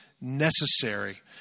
necessary